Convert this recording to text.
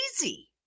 easy